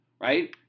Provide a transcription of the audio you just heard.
right